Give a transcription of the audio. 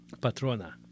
Patrona